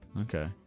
Okay